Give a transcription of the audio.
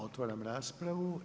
Otvaram raspravu.